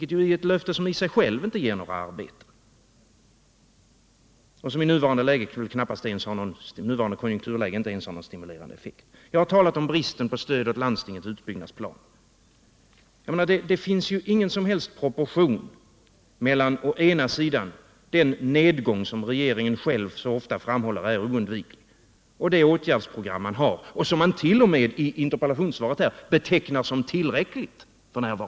Det är ett löfte som i sig själv inte ger några arbeten och som i nuvarande konjunkturläge inte ens har någon stimulerande effekt. Jag har talat om bristen på stöd åt landstingets utbyggnadsplaner. Det finns ju ingen som helst proportion mellan å ena sidan den nedgång, som regeringen själv så ofta framhåller som oundviklig, och det åtgärdsprogram man har och som industriministern t.o.m. i interpellationssvaret betecknar som tillräckligt.